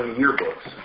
yearbooks